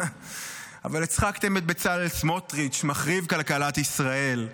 אבל הצחקתם את בצלאל סמוטריץ', מחריב כלכלת ישראל.